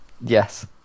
Yes